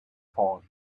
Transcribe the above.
fall